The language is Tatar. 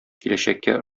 киләчәккә